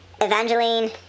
Evangeline